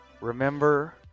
remember